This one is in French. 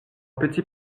petit